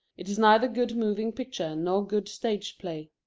it is neither good moving picture nor good stage play.